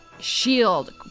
shield